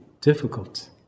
difficult